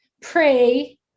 pray